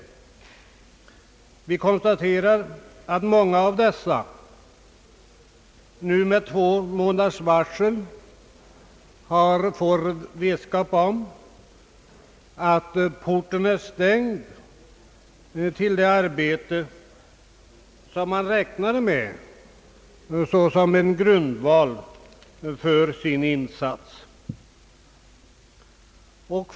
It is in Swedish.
Vi konstaterar att många av des sa nu med två månaders varsel får vetskap om att porten är stängd till det arbete som de räknade med såsom grundval för sin insats.